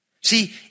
See